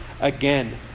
again